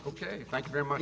ok thank you very much